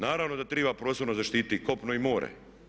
Naravno da treba prostorno zaštititi i kopno i more.